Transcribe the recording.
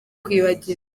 kwibagirwa